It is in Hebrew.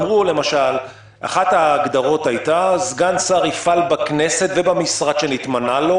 אחת ההגדרות הייתה: "סגן שר יפעל בכנסת ובמשרד שנתמנה לו,